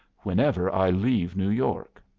whenever i leave new york.